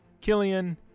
Killian